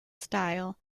style